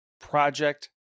Project